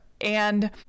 And-